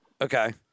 Okay